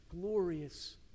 glorious